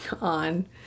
on